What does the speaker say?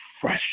fresh